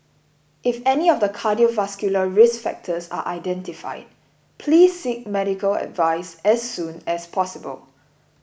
if any of the cardiovascular risk factors are identified please seek medical advice as soon as possible